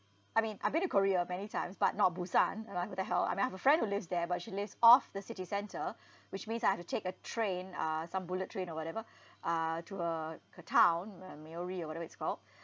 I mean I've been to korea many times but not busan uh like what the hell I mean I have a friend who lives there but she lives off the city center which means I have to take a train uh some bullet train or whatever uh to her her town m~ muri or whatever it's called